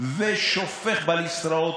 ושופך בליסטראות,